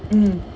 mm mm